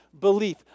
belief